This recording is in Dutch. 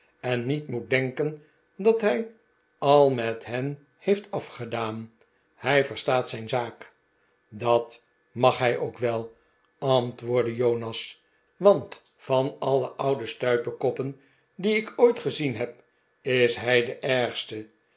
en niet moet denken dat hij al met hen heeft afgedaan hij verstaat zijn zaak r dat mag hij ook wel antwoordde jonas want van alle oude stuipekoppen die ik ooit gezien heb is hij de ergste